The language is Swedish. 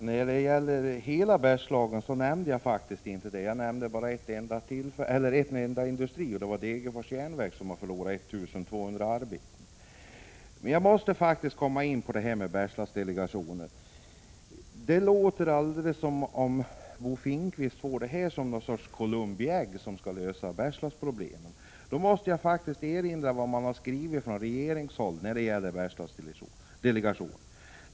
Herr talman! Jag talade inte om hela Bergslagen. Jag nämnde bara en enda industri, Degerfors Jernverk som förlorat 1 200 arbeten. Men jag måste faktiskt komma in på detta med Bergslagsdelegationen. Det låter som om Bo Finnkvist ser detta som ett slags Columbi ägg, som skall lösa Bergslagsproblemen. Jag måste erinra om vad man har skrivit från regeringshåll om Bergslagsdelegationen.